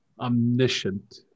omniscient